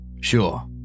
Sure